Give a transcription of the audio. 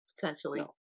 potentially